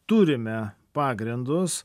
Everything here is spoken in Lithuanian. turime pagrindus